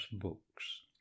Books